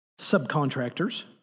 subcontractors